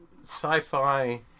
sci-fi